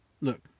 Look